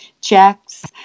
checks